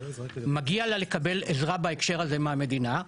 מגיע לה לקבל עזרה בהקשר הזה מהמדינה,